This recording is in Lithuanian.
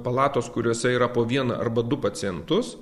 palatos kuriose yra po vieną arba du pacientus